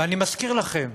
ואני מזכיר לכם,